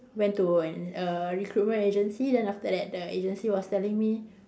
went to an a recruitment agency then the recruitment agency was like telling me